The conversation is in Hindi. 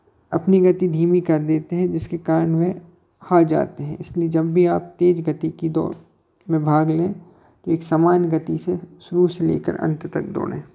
अपनी गति धीमी कर देते हैं जिसके कारण वे हार जाते हैं इसलिए जब भी आप तेज़ गति की दौड़ में भाग लें तो एक समान गति से शुरू से लेकर अंत तक दौड़ें